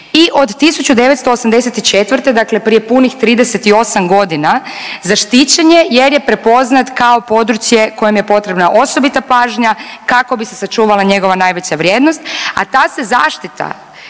i od 1984., dakle prije punih 38.g. zaštićen je jer je prepoznat kao područje kojem je potrebna osobita pažnja kako bi se sačuvala njegova najveća vrijednost, a ta se zaštita